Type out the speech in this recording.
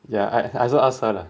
ya I I also ask her lah